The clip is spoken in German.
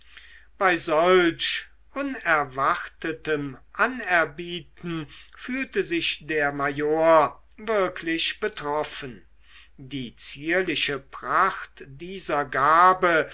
bei solch unerwartetem anerbieten fühlte sich der major wirklich betroffen die zierliche pracht dieser gabe